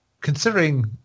considering